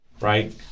right